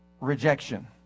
Rejection